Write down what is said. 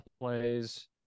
plays